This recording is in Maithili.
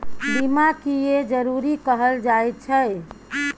बीमा किये जरूरी कहल जाय छै?